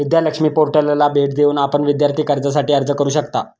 विद्या लक्ष्मी पोर्टलला भेट देऊन आपण विद्यार्थी कर्जासाठी अर्ज करू शकता